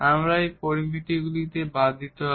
আমাদের এই পরামিতিগুলি বাদ দিতে হবে